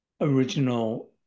original